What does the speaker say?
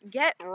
get